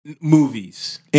Movies